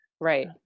right